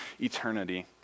eternity